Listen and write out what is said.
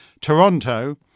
Toronto